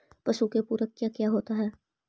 पशु के पुरक क्या क्या होता हो?